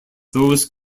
those